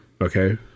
Okay